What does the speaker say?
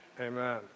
amen